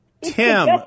Tim